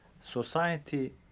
society